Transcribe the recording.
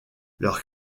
leur